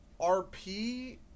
RP